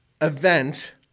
event